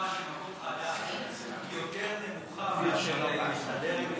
של הקמת מקום חדש יותר נמוכה מאשר להסתדר עם,